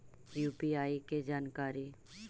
UPI के जानकारी?